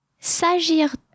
S'agir